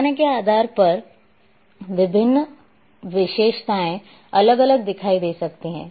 पैमाने के आधार पर विभिन्न विशेषताएं अलग अलग दिखाई दे सकती हैं